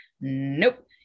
Nope